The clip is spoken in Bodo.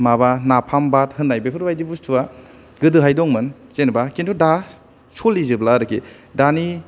माबा नाफाम बाद होन्नाय बेफोरबायदि बुसथुवा गोदोहाय दंमोन जेनावबा खिन्थु दा सलिजोबला आरोखि दानि